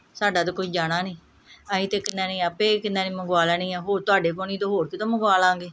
ਸਾਡਾ ਤਾਂ ਕੁਛ ਜਾਣਾ ਨਹੀਂ ਅਸੀਂ ਤਾਂ ਕਿੰਨਾ ਨੇ ਆਪੇ ਕਿੰਨਾ ਨੇ ਮੰਗਵਾ ਲੈਣੀ ਹੈ ਹੋਰ ਤੁਹਾਡੇ ਤੋਂ ਨਹੀਂ ਹੋਰ ਕਿਤੋਂ ਮੰਗਵਾ ਲਵਾਂਗੇ